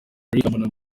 irambona